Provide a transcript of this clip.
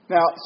Now